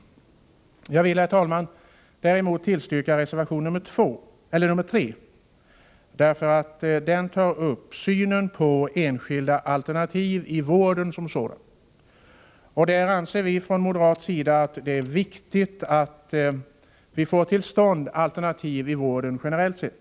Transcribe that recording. Jag vill däremot, herr talman, tillstyrka reservation 3. Den tar upp synen på enskilda alternativ i vården. Vi anser från moderat sida att det är viktigt att vi får till stånd alternativ i vården, generellt sett.